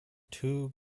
two